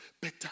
better